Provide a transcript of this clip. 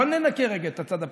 בוא ננקה רגע את הצד הפוליטי,